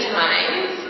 times